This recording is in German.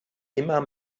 immer